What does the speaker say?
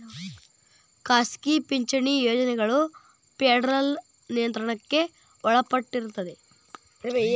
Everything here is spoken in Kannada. ಖಾಸಗಿ ಪಿಂಚಣಿ ಯೋಜನೆಗಳ ಫೆಡರಲ್ ನಿಯಂತ್ರಣಕ್ಕ ಒಳಪಟ್ಟಿರ್ತದ